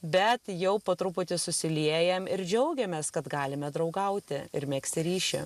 bet jau po truputį susiliejam ir džiaugiamės kad galime draugauti ir megzti ryšį